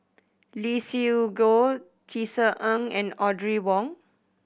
Lee Siew Goh Tisa Ng and Audrey Wong